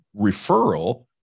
referral